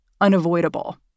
Unavoidable